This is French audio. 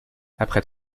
après